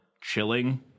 chilling